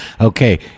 Okay